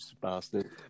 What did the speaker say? bastard